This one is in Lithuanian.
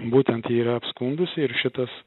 būtent ji yra apskundusi ir šitas